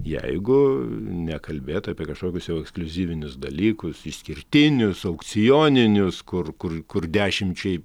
jeigu nekalbėt apie kažkokius jau ekskliuzyvinius dalykus išskirtinius aukcioninius kur kur kur dešimčiai